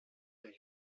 der